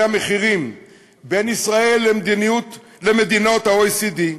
המחירים בין ישראל למדינות ה-OECD,